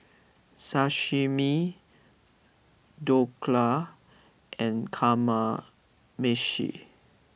Sashimi Dhokla and Kamameshi